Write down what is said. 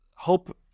Hope